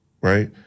right